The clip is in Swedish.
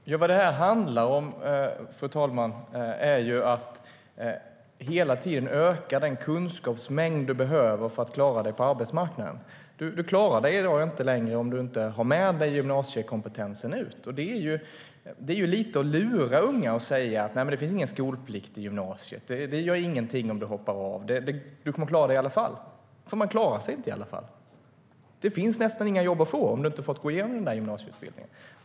Fru talman! Vad det handlar om är att hela tiden öka den kunskapsmängd du behöver för att klara dig på arbetsmarknaden. I dag klarar du dig inte längre om du inte har med dig gymnasiekompetensen ut. Det är lite att lura unga att säga: Nej, det finns ingen skolplikt i gymnasiet. Det gör ingenting om du hoppar av. Du kommer att klara dig i alla fall. Man klarar sig nämligen inte i alla fall. Det finns nästan inga jobb att få om du inte har gått igenom en gymnasieutbildning.